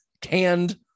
canned